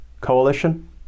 Coalition